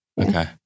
Okay